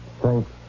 thanks